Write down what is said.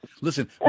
Listen